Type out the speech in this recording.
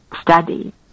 study